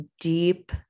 deep